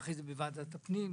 ואז בוועדת הפנים,